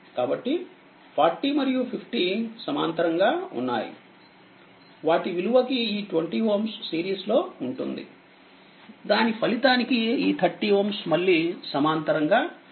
కాబట్టి 40మరియు50సమాంతరంగా ఉన్నాయి వాటి విలువకి ఈ20Ω సిరీస్లో ఉంటుంది దాని ఫలితానికి ఈ 30Ωమళ్ళీ సమాంతరంగా ఉంటుంది